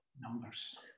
numbers